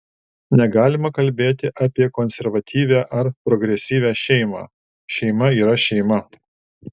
negalima kalbėti apie konservatyvią ar progresyvią šeimą šeima yra šeima